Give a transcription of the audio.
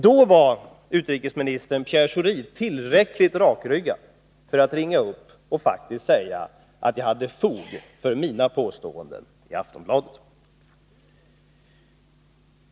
Då var, utrikesministern, Pierre Schori tillräckligt rakryggad för att ringa upp och faktiskt säga att jag hade fog för mina påståenden om lögn i Aftonbladet.